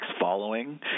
following